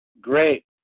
Great